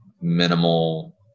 minimal